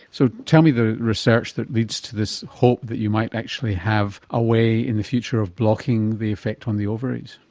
so tell me the research that leads to this hope that you might actually have a way in the future of blocking the effect on the ovaries?